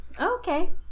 Okay